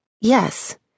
Yes